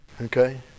Okay